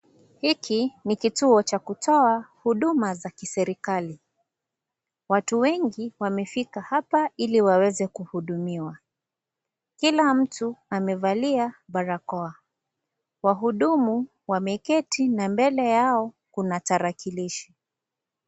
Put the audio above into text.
Hiki ni kituo Cha kutoa huduma za kiserikali. Watu wengi wamefika hapa Ili waweze kuhudumiwa. Kila mtu amevalia barakoa. Wahudumu wameketi na mbele yao Kuna tarakilishi.